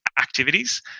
activities